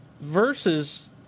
Versus